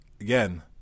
again